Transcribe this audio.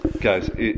Guys